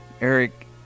Eric